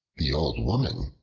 the old woman,